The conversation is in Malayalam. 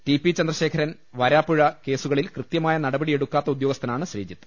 ടി പി ചന്ദ്രശേഖരൻ വാരാപ്പുഴ കേസുകളിൽ കൃത്യമായ നടപടിയെടുക്കാത്ത ഉദ്യോഗസ്ഥനാണ് ശ്രീജിത്ത്